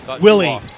Willie